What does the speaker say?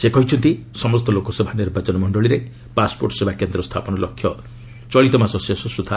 ସେ କହିଛନ୍ତି ସମସ୍ତ ଲୋକସଭା ନିର୍ବାଚନ ମଣ୍ଡଳୀରେ ପାସ୍ପୋର୍ଟ ସେବା କେନ୍ଦ୍ର ସ୍ଥାପନ ଲକ୍ଷ୍ୟ ଚଳିତ ମାସ ଶେଷ ସୁଦ୍ଧା ହାସଲ କରାଯିବ